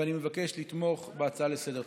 ואני מבקש לתמוך בהצעה לסדר-היום.